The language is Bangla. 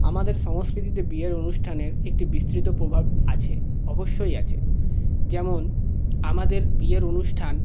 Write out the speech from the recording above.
আমাদের সংস্কৃতিতে বিয়ের অনুষ্ঠানের একটি বিস্তৃত প্রভাব আছে অবশ্যই আছে যেমন আমাদের বিয়ের অনুষ্ঠান